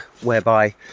whereby